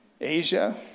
Asia